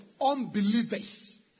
unbelievers